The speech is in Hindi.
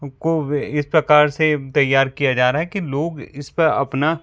को वे इस प्रकार से तैयार किया जा रहा है कि लोग इसपे अपना